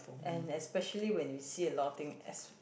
and especially when you see a lot of thing as